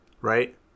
right